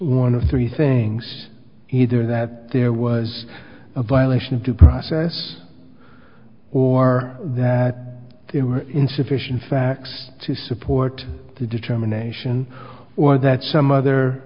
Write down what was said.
one of three things either that there was a violation of due process or that there were insufficient facts to support the determination or that some other